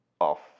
off